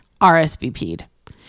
RSVP'd